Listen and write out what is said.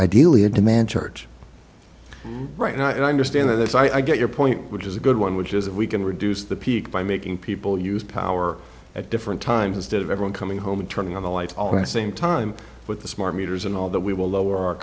ideally a demand church right now and i understand that as i get your point which is a good one which is that we can reduce the peak by making people use power at different times instead of everyone coming home and turning on the lights all the same time with the smart meters and all that we will lower our